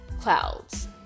clouds